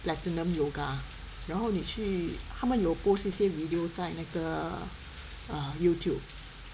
Platinum Yoga 然后你去他们有 post 一些 video 在那个 err Youtube